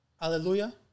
hallelujah